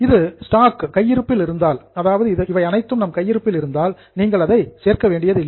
அது ஸ்டாக் கையிருப்பில் இருந்தால் நீங்கள் அதை சேர்க்க வேண்டியதில்லை